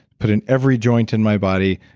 put in every joint in my body,